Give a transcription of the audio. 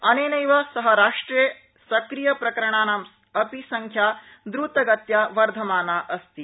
अनेनसह राष्ट्रे सक्रिय प्रकरणानाम् अपि संख्या द्रतगत्या वर्धमाना अस्ति